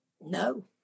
No